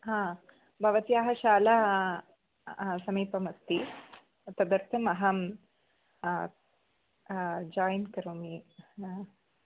हा भवत्याः शाला समीपमस्ति तदर्थमहं जोयिन् करोमि